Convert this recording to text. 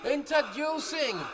Introducing